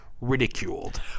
ridiculed